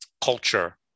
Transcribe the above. culture